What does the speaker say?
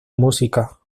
música